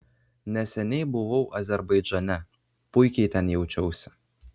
neseniai buvau azerbaidžane puikiai ten jaučiausi